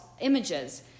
images